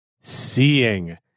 Seeing